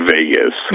Vegas